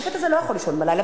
השופט הזה לא יכול לישון בלילה,